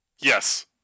Yes